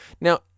Now